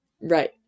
right